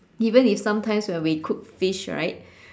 even if sometimes when we cook fish right